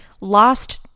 lost